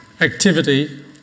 activity